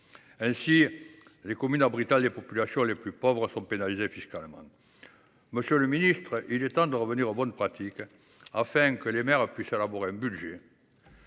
Ainsi les communes abritant les populations les plus pauvres sont-elles pénalisées fiscalement. Monsieur le ministre, il est temps de revenir aux bonnes pratiques permettant aux maires d’élaborer leur budget